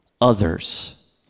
others